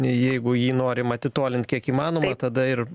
jeigu jį norim atitolint kiek įmanoma tada ir